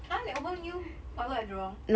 !huh! they open new outlet at jurong